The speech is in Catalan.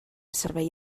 servei